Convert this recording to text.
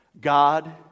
God